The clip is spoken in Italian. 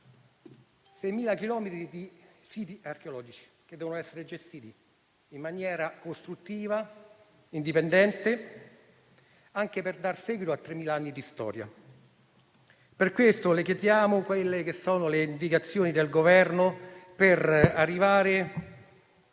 6.000 chilometri di siti archeologici che devono essere gestiti in maniera costruttiva, indipendente, anche per dar seguito a tremila anni di storia. Per questo le chiediamo, signor Ministro, quali siano le indicazioni del Governo per arrivare